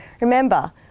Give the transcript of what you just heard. Remember